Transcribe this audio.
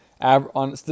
on